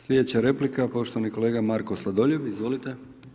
Slijedeća replika poštovani kolega Marko Sladoljev, izvolite.